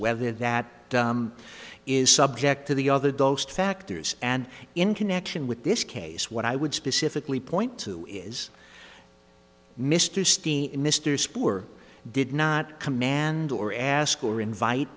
whether that is subject to the other dosed factors and in connection with this case what i would specifically point to is mr mr spore did not command or ask or invite